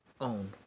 own